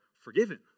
forgiven